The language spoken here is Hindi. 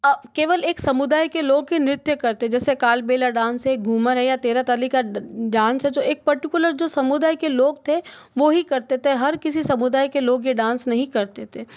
केवल एक समुदाय के लोग ही नृत्य करते जैसे कालबेला डांस है घूमर है या तेरह ताली का डांस है एक पर्टिकुलर जो समुदाय के लोग थे वो ही करते थे हर किसी समुदाय के लोग ये डांस नहीं करते थे